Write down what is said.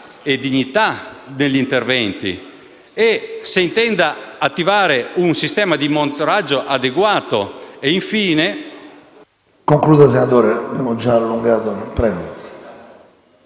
e dignità negli interventi; se intenda attivare un sistema di monitoraggio adeguato; infine